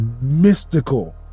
mystical